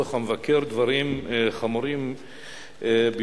בדוח המבקר דברים חמורים ביותר,